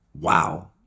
wow